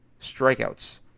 strikeouts